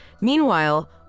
Meanwhile